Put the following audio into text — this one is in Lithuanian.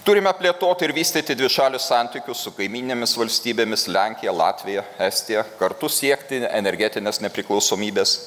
turime plėtoti ir vystyti dvišalius santykius su kaimyninėmis valstybėmis lenkija latvija estija kartu siekti energetinės nepriklausomybės